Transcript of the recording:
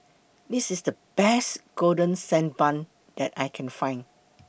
This IS The Best Golden Sand Bun that I Can Find